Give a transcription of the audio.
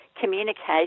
Communication